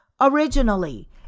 Originally